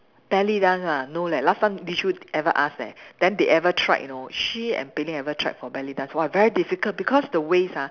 belly dance ah no leh last time Li Choo ever ask leh then they ever tried you know she and Pei Ling ever tried for belly dance !wah! very difficult because the waist ah